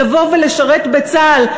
לבוא ולשרת בצה"ל,